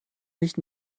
nicht